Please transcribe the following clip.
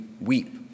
weep